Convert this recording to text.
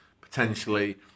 potentially